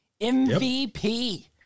MVP